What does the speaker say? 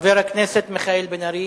חבר הכנסת מיכאל בן-ארי.